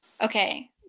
okay